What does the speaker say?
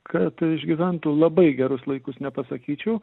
kad išgyventų labai gerus laikus nepasakyčiau